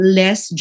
less